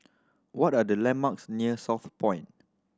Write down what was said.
what are the landmarks near Southpoint